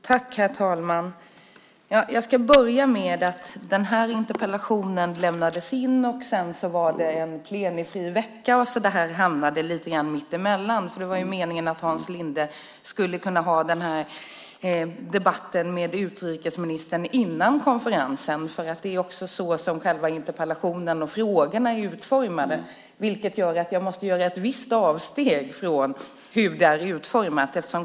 Herr talman! Efter att denna interpellation lämnades in kom den plenifria veckan emellan. Det var meningen att Hans Linde skulle ha debatten med utrikesministern före konferensen. Det är så som frågorna i interpellationen är utformade, vilket innebär att jag måste göra ett visst avsteg från hur interpellationen är utformad.